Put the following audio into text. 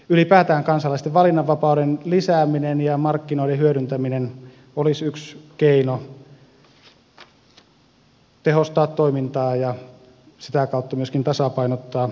ylipäätään kansalaisten valinnanvapauden lisääminen ja markkinoiden hyödyntäminen olisi yksi keino tehostaa toimintaa ja sitä kautta myöskin tasapainottaa taloutta